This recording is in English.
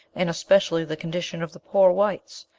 and especially the condition of the poor whites,